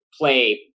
play